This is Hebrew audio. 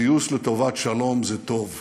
פיוס לטובת שלום זה טוב,